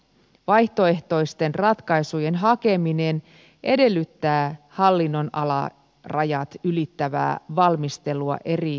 vaihtoehtoisten ratkaisujen hakeminen edellyttää hallinnonalarajat ylittävää valmistelua eri ministeriöiden kesken